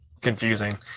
confusing